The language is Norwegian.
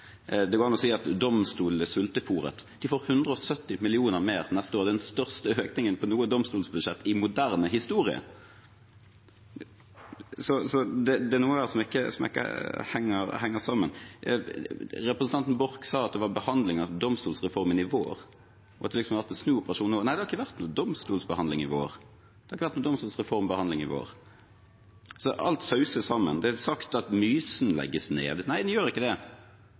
Det går an å si at domstolene er sultefôret. De får 170 mill. kr mer neste år. Det er den største økningen på noe domstolsbudsjett i moderne historie. Så det er noe her som ikke henger sammen. Representanten Borch sa at det var behandling av domstolsreformen i vår, og at det har vært en snuoperasjon nå. Nei, det var ikke noen domstolsreformbehandling i vår. Så alt sauses sammen. Det er blitt sagt at tingretten i Mysen legges ned. Nei, den gjør ikke det.